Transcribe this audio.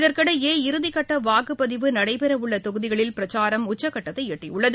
இதற்கிடையே இறுதிக்கட்ட வாக்குப்பதிவு நடைபெறவுள்ள தொகுதிகளில் பிரச்சாரம் உச்சக்கட்டத்தை எட்டியுள்ளது